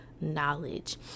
knowledge